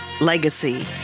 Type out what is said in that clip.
legacy